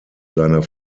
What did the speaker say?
seiner